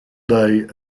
day